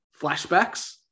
flashbacks